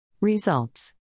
Results